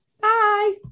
Bye